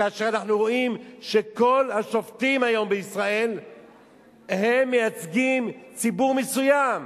כאשר אנחנו רואים שכל השופטים היום בישראל מייצגים ציבור מסוים.